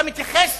אתה מתייחס